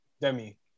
Demi